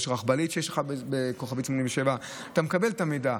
יש רכבלית שיש ב-8787* ואתה מקבל את המידע,